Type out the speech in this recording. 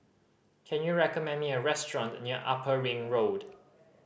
can you recommend me a restaurant near Upper Ring Road